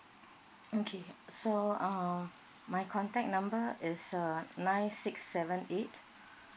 okay so um my contact number is uh nine six seven eight